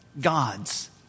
God's